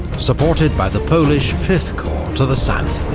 supported by the polish fifth corps to the south.